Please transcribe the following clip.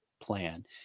plan